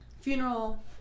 funeral